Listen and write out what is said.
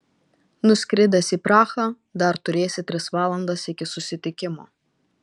nuskridęs į prahą dar turėsi tris valandas iki susitikimo